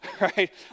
right